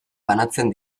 banatzen